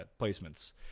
placements